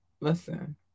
listen